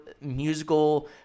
musical